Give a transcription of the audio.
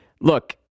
Look